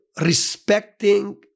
respecting